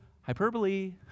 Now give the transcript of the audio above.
hyperbole